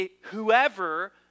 whoever